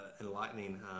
enlightening